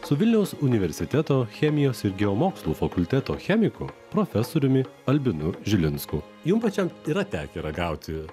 su vilniaus universiteto chemijos ir geomokslų fakulteto chemiku profesoriumi albinu žilinsku jum pačiam yra tekę ragauti